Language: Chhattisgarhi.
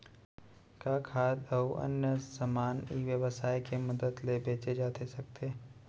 का खाद्य अऊ अन्य समान ई व्यवसाय के मदद ले बेचे जाथे सकथे?